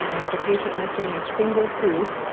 you know is the patient missing a single tooth,